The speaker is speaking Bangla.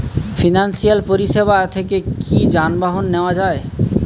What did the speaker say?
ফিনান্সসিয়াল পরিসেবা থেকে কি যানবাহন নেওয়া যায়?